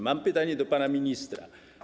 Mam pytanie do pana ministra.